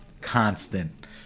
constant